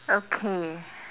okay